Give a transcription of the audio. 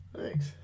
Thanks